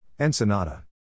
Ensenada